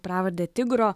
pravarde tigro